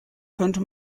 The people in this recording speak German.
könnte